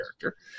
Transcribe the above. character